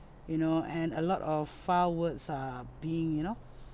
you know and a lot of foul words err being you know